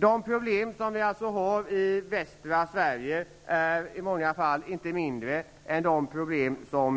De problem som vi har i västra Sverige är i många fall inte mindre än de problem som